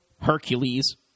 Hercules